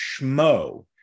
schmo